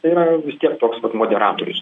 tai yra vis tiek toks pat moderatorius